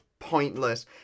Pointless